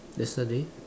yesterday